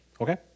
Okay